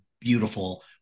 beautiful